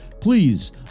Please